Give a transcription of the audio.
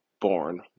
born